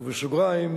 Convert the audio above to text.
דהיינו,